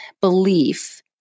belief